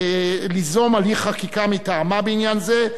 ליזום הליך חקיקה מטעמה בעניין זה,